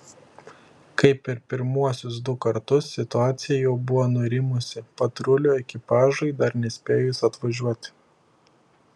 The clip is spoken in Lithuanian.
kaip ir pirmuosius du kartus situacija jau buvo nurimusi patrulių ekipažui dar nespėjus atvažiuoti